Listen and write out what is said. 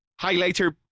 highlighter